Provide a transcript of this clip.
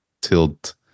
tilt